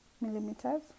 millimeters